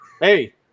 Hey